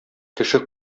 кеше